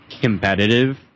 competitive